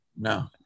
No